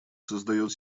создает